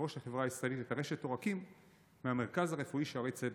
יושב-ראש החברה הישראלית לטרשת עורקים מהמרכז הרפואי שערי צדק.